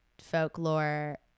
folklore